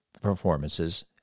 performances